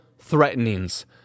Threatenings